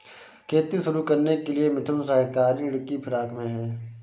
खेती शुरू करने के लिए मिथुन सहकारी ऋण की फिराक में है